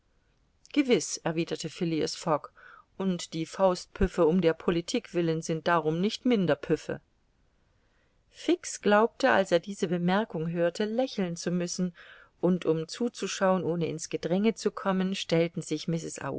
gewiß erwiderte phileas fogg und die faustpüffe um der politik willen sind darum nicht minder püffe fix glaubte als er diese bemerkung hörte lächeln zu müssen und um zuzuschauen ohne in's gedränge zu kommen stellten sich